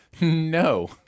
no